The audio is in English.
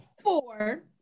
four